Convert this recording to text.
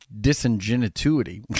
Disingenuity